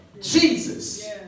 Jesus